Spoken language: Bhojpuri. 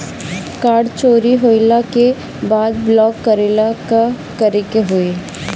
कार्ड चोरी होइला के बाद ब्लॉक करेला का करे के होई?